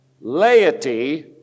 laity